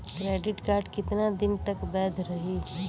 Credit card कितना दिन तक वैध रही?